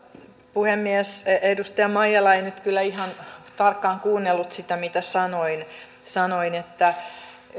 puhemies edustaja maijala ei nyt kyllä ihan tarkkaan kuunnellut sitä mitä sanoin sanoin että